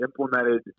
implemented